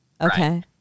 Okay